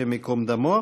השם ייקום דמו.